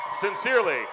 Sincerely